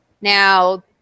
Now